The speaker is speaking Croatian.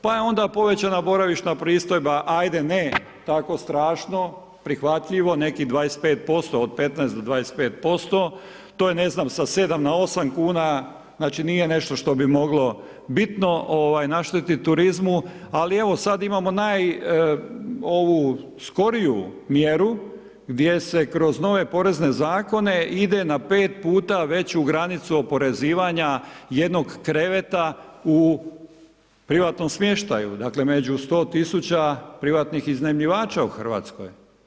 Pa je onda povećana boravišna pristojba, ajde ne tako strašno, prihvatljivo, nekih 25%, od 15 do 25%, to je, ne znam, sa 7 na 8,00 kn, znači, nije nešto što bi moglo bitno naštetiti turizmu, ali evo, sada imamo najskoriju mjeru gdje se kroz nove porezne zakone ide na pet puta veću granicu oporezivanja jednog kreveta u privatnom smještaju, dakle, među 100 000 privatnih iznajmljivača u RH.